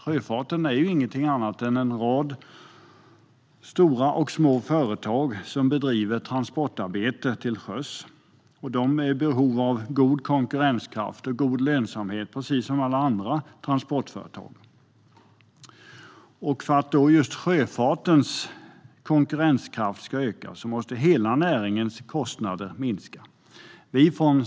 Sjöfarten är ingenting annat än en rad stora och små företag som bedriver transportarbete till sjöss, och de är i behov av god konkurrenskraft och god lönsamhet, precis som alla andra transportföretag. För att sjöfartens konkurrenskraft ska öka måste hela näringens kostnader minska.